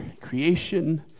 creation